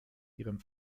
ihrem